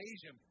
Asia